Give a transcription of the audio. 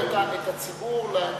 לקרב את הציבור לתיאטרון.